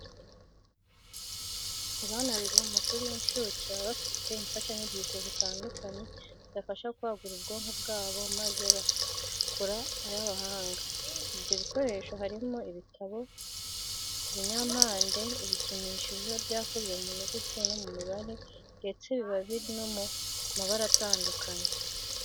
Abana biga mu mashuri y'incuke baba bafite imfashanyigisho zitandukanye zibafasha kwagura ubwonko bwabo maze bakazakura ari abahanga. Ibyo bikoresho harimo ibitabo, ibinyampande, ibikinisho biba bikozwe mu nyuguti no mu mibare ndetse biba biri no mu mabara atandukanye.